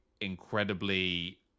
incredibly